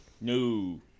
No